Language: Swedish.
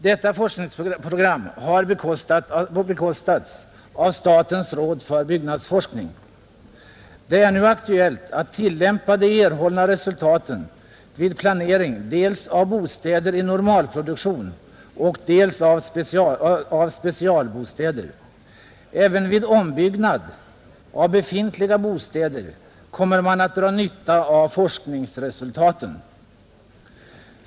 Detta forskningsprogram har bekostats av statens råd för byggnadsforskning. Det är nu aktuellt att tillämpa de erhållna resultaten vid planering dels av bostäder i normalproduktion, dels av specialbostäder. Även vid ombyggnad av befintliga bostäder kommer man att dra nytta av forskningsresultaten.